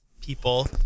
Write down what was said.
people